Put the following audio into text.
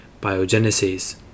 biogenesis